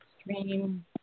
stream